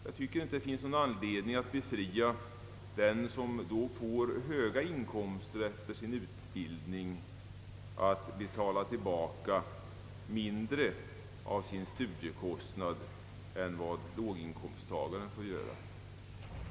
Jag tycker inte att det finns någon anledning att låta dem som får höga inkomster efter sin utbildning betala tillbaka mindre del av sin studiekostnad än vad låginkomsttagaren får göra.